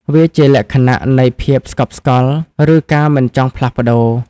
វាជាលក្ខណៈនៃភាពស្កប់ស្កល់ ឬការមិនចង់ផ្លាស់ប្ដូរ។